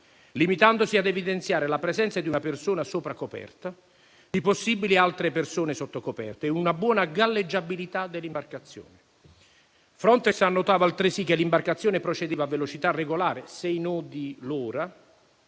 limitandosi a evidenziare la presenza di una persona sopra coperta e di possibili altre persone sotto coperta e una buona galleggiabilità dell'imbarcazione. Frontex annotava altresì che l'imbarcazione procedeva a velocità regolare (6 nodi l'ora),